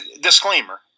Disclaimer